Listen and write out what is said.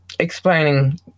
explaining